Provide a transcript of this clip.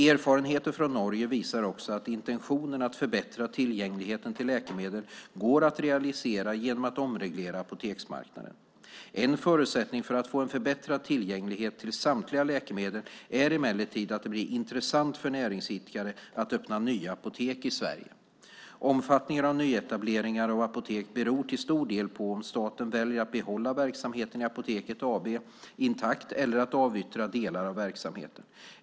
Erfarenheten från Norge visar också att intentionen att förbättra tillgängligheten till läkemedel går att realisera genom att omreglera apoteksmarknaden. En förutsättning för att få en förbättrad tillgänglighet till samtliga läkemedel är emellertid att det blir intressant för näringsidkare att öppna nya apotek i Sverige. Omfattningen av nyetableringar av apotek beror till stor del på om staten väljer att behålla verksamheten i Apoteket AB intakt eller att avyttra delar av verksamheten.